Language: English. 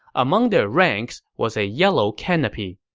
among their ranks was a yellow canopy